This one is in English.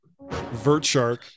vertshark